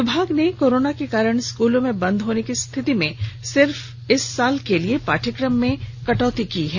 विभाग ने कोरोना के कारण स्कूलों के बंद होने की स्थिति में सिर्फ इस साल के लिए पाठ्यक्रम में कटौती की है